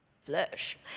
flesh